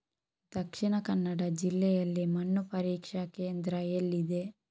ದಕ್ಷಿಣ ಕನ್ನಡ ಜಿಲ್ಲೆಯಲ್ಲಿ ಮಣ್ಣು ಪರೀಕ್ಷಾ ಕೇಂದ್ರ ಎಲ್ಲಿದೆ?